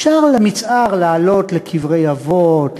אפשר למצער לעלות לקברי אבות,